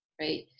right